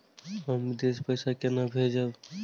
हम विदेश पैसा केना भेजबे?